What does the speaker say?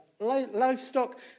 livestock